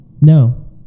No